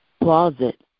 closet